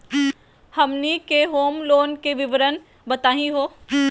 हमनी के home loan के विवरण बताही हो?